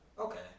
Okay